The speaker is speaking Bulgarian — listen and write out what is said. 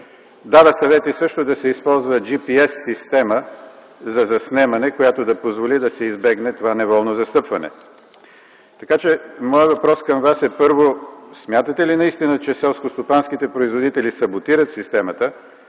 дава съвети също да се използва GPS система за заснемане, която да позволи да се избегне това неволно застъпване. Моят въпрос към Вас е, първо: смятате ли наистина, че селскостопанските производители саботират системата,